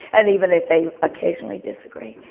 and even if they occasionally disagree.